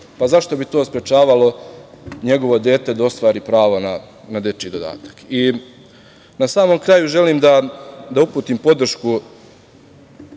pa zašto bi to sprečavalo njegovo dete da ostvari prava na dečiji dodatak. Na samom kraju, želim da uputim podršku